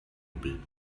hubbel